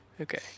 Okay